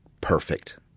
perfect